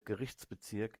gerichtsbezirk